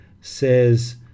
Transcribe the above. says